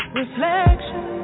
reflection